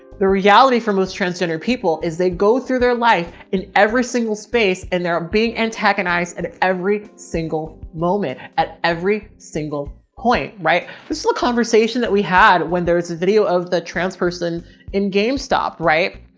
the reality for most transgender people is they'd go through their life in every single space and they're being antagonized at every single moment, at every single point. right? this is a conversation that we had when there was a video of the trans person in gamestop. right?